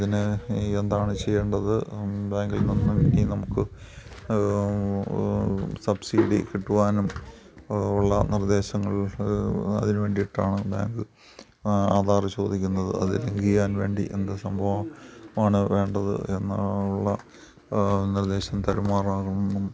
അതിന് ഇനി എന്താണ് ചെയ്യേണ്ടത് ബാങ്കിൽ നിന്ന് ഇനി നമുക്ക് സബ്സിഡി കിട്ടുവാനും ഉള്ള നിർദ്ദേശങ്ങൾ അതിനു വേണ്ടിയിട്ടാണ് ബാങ്ക് ആധാർ ചോദിക്കുന്നത് അതിൽ ഫിൽ ചെയ്യാൻ വേണ്ടി എന്തു സംഭവം ആണ് വേണ്ടത് എന്ന് ഉള്ള നിർദ്ദേശം തരുമാറാകേണം